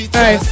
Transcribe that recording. Hey